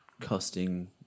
costing